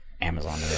Amazon